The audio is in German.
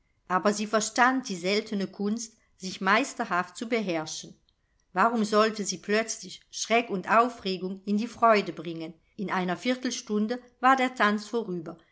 aber sie verstand die seltene kunst sich meisterhaft zu beherrschen warum sollte sie plötzlich schreck und aufregung in die freude bringen in einer viertelstunde war der tanz vorüber